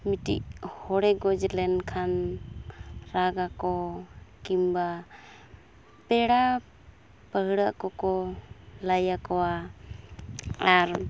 ᱢᱤᱫᱴᱤᱡ ᱦᱚᱲᱮ ᱜᱚᱡᱽ ᱞᱮᱱᱠᱷᱟᱱ ᱨᱟᱜᱟᱠᱚ ᱠᱤᱢᱵᱟ ᱯᱮᱲᱟ ᱯᱟᱹᱲᱦᱟᱹ ᱠᱚᱠᱚ ᱞᱟᱹᱭᱟᱠᱚᱣᱟ ᱟᱨ